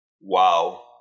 Wow